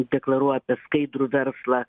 deklaruoja apie skaidrų verslą